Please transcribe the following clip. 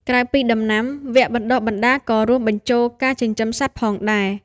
ក្រៅពីដំណាំ វគ្គបណ្តុះបណ្តាលក៏រួមបញ្ចូលការចិញ្ចឹមសត្វផងដែរ។